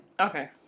Okay